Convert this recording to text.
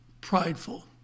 prideful